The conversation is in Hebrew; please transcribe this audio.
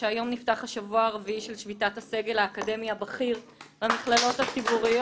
שהיום נפתח השבוע הרביעי של שביתת הסגל האקדמי הבכיר במכללות הציבוריות.